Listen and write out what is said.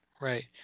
right